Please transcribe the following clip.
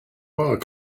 bar